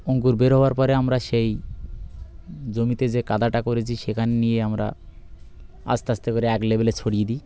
অঙ্কুর বের হওয়ার পরে আমরা সেই জমিতে যে কাদাটা করেছি সেখান নিয়ে আমরা আস্তে আস্তে করে এক লেবেলে ছড়িয়ে দিই